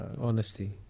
Honesty